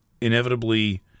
inevitably